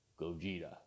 Gogeta